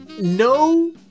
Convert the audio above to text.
no